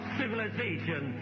civilization